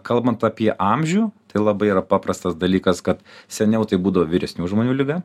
kalbant apie amžių tai labai yra paprastas dalykas kad seniau tai būdavo vyresnių žmonių liga